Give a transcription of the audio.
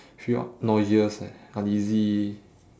feel up nauseous and uneasy